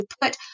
put